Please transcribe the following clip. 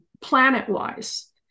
planet-wise